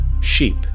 Sheep